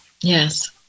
Yes